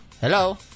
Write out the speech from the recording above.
Hello